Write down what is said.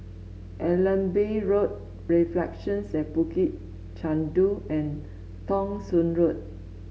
Allenby Road Reflections at Bukit Chandu and Thong Soon Road